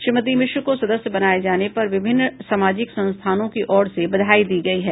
श्रीमती मिश्रा को सदस्य बनाए जाने पर विभिन्न सामाजिक संस्थाओं की ओर से बधाई दी गयी है